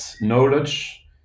knowledge